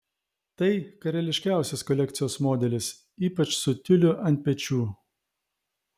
tai karališkiausias kolekcijos modelis ypač su tiuliu ant pečių